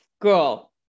Girl